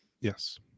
Yes